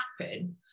happen